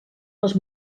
les